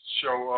show